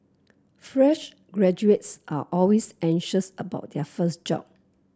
fresh graduates are always anxious about their first job